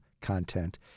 content